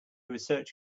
research